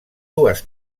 dues